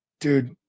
Dude